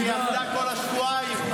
היא עבדה כל השבועיים,